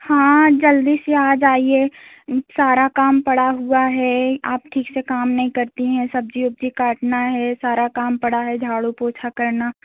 हाँ जल्दी से आ जाइए सारा काम पड़ा हुआ है आप ठीक से काम नहीं करती हैं सब्ज़ी वब्ज़ी काटना है सारा काम पड़ा है झाड़ु पोछा करना